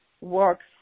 works